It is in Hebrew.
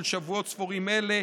של שבועות ספורים אלה.